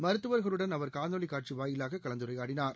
மருத்துவர்களுடன் அவர் காணொலி காட்சி வாயிலாக கலந்துரையாடினார்